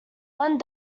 one